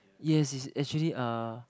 yes is actually uh